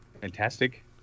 Fantastic